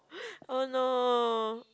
oh no